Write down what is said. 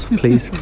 please